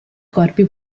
corpi